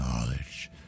knowledge